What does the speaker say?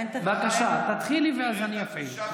בבקשה תתחילי ואז אני אפעיל.